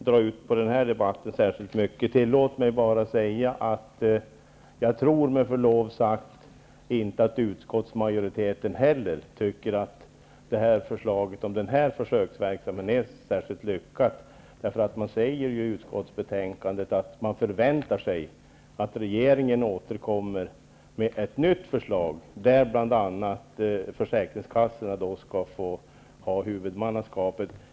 Herr talman! Kammaren har inte så gott om tid. Det finns därför ingen anledning att dra ut på den här debatten särskilt mycket. Med förlov sagt tror jag inte att utskottsmajoriteten heller tycker att förslaget om den här försöksverksamheten är särskilt lyckat. Det sägs ju i utskottsbetänkandet att man förväntar sig att regeringen återkommer med ett nytt förslag, där bl.a. försäkringskassorna får ett huvudmannaskap.